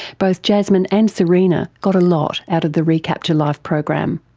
both jasmine and serena got a lot out of the recapture life program.